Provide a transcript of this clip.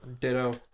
Ditto